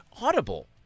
Audible